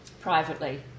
privately